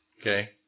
Okay